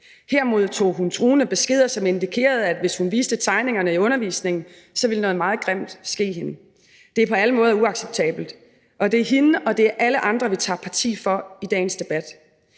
Her modtog hun truende beskeder, som indikerede, at hvis hun viste tegningerne i undervisningen, ville noget meget grimt ske hende. Det er på alle måder uacceptabelt, og det er hende og alle andre, vi tager parti for i dagens debat.